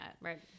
right